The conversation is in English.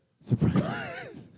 Surprise